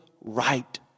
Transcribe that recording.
right